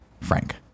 Frank